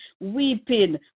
Weeping